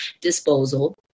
disposal